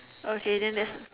okay then that's